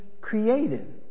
created